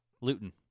Luton